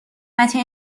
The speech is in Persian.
قطع